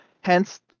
hence